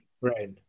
Right